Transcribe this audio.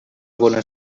bona